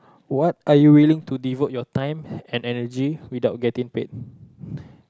what are you willing to devote your time and energy without getting paid